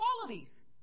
qualities